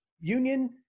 union